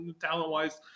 talent-wise